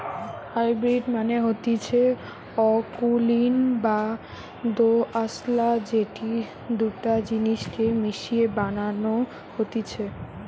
hybrid মানে হতিছে অকুলীন বা দোআঁশলা যেটি দুটা জিনিস কে মিশিয়ে বানানো হতিছে